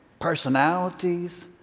personalities